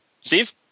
Steve